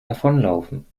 davonlaufen